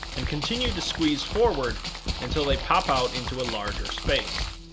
and continue to squeeze forward until they pop out into a larger space.